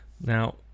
Now